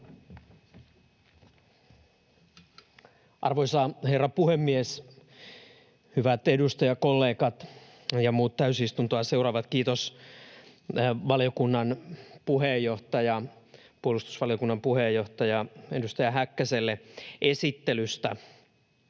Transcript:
Arvoisa herra puhemies! Hyvät edustajakollegat ja muut täysistuntoa seuraavat! Kiitos puolustusvaliokunnan puheenjohtajalle, edustaja Häkkäselle esittelystä.